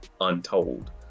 untold